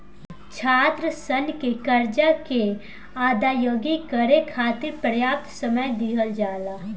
छात्रसन के करजा के अदायगी करे खाति परयाप्त समय दिहल जाला